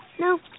No